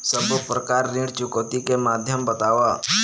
सब्बो प्रकार ऋण चुकौती के माध्यम बताव?